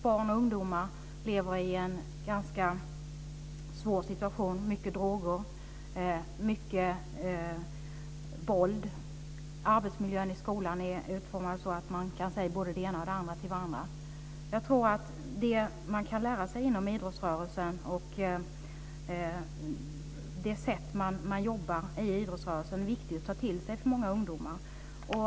Barn och ungdomar lever i en ganska svår situation, med mycket droger och mycket våld. Arbetsmiljön i skolan är utformad så att man kan säga både det ena och det andra till varandra. Jag tror att det man kan lära sig inom idrottsrörelsen och det sätt på vilket de jobbar i idrottsrörelsen är viktigt att ta till sig för många ungdomar.